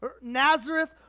nazareth